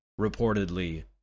reportedly